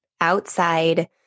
outside